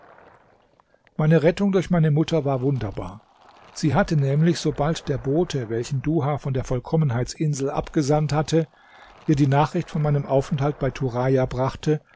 meine rettung durch meine mutter war wunderbar sie hatte nämlich sobald der bote welchen duha von der vollkommenheitsinsel abgesandt hatte ihr die nachricht von meinem aufenthalt bei turaja brachte